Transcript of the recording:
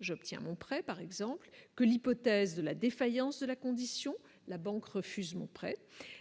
j'obtiens mon prêt par exemple que l'hypothèse de la défaillance de la condition, la banque refuse après